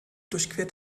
durchquert